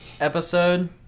episode